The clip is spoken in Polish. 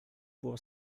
było